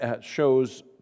shows